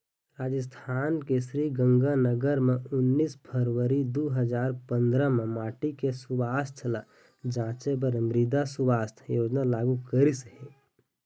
राजिस्थान के श्रीगंगानगर म उन्नीस फरवरी दू हजार पंदरा म माटी के सुवास्थ ल जांचे बर मृदा सुवास्थ योजना लागू करिस हे